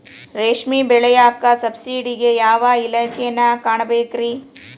ರೇಷ್ಮಿ ಬೆಳಿಯಾಕ ಸಬ್ಸಿಡಿಗೆ ಯಾವ ಇಲಾಖೆನ ಕಾಣಬೇಕ್ರೇ?